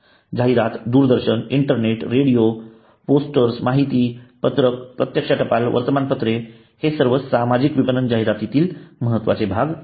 जाहिरात दूरदर्शन internet radio posters माहिती पत्रक प्रत्यक्ष टपाल वर्तमानपत्रे हे सर्व सामाजिक विपणन जाहिरातीतील महत्त्वाचे भाग आहेत